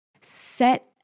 Set